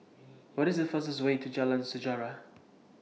What IS The fastest Way to Jalan Sejarah